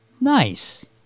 Nice